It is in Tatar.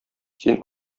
син